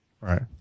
right